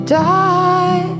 die